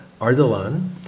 Ardalan